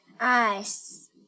eyes